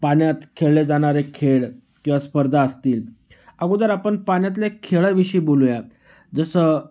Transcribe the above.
पाण्यात खेळले जाणारे खेळ किंवा स्पर्धा असतील अगोदर आपण पाण्यातल्या खेळांविषयी बोलूयात जसं